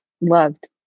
loved